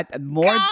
more